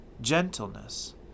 gentleness